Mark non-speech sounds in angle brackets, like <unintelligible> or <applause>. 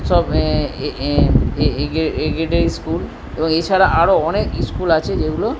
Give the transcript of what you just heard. সব <unintelligible> এ গ্রেডের স্কুল এবং এছাড়া আরও অনেক স্কুল আছে যেগুলো